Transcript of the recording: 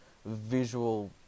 visual